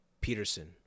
Peterson